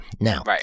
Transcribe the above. Now